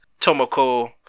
Tomoko